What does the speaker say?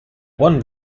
one